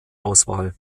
auswahl